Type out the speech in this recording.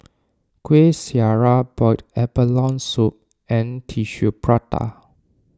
Kueh Syara Boiled Abalone Soup and Tissue Prata